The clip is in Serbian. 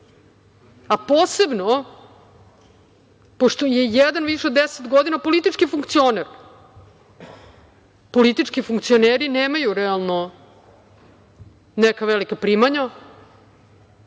Posebno, pošto je jedan lično 10 godina politički funkcioner, politički funkcioneri nemaju realno neka velika primanja,